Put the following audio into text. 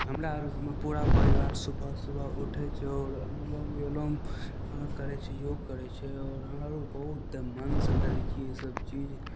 हमरा अर घरमे पूरा परिवार सुबह सुबह उठय छै आओर अनुलोम विलोम करय छै योग करय छै आओर हमरा रऽ बहुत मनसँ करय छियै ईसब चीज